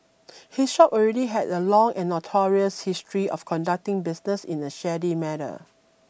his shop already had a long and notorious history of conducting business in a shady manner